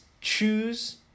choose